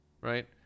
right